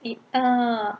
uh